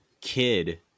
kid